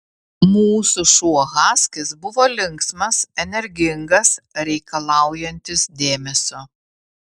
mūsų šuo haskis buvo linksmas energingas reikalaujantis dėmesio